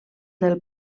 del